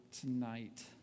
tonight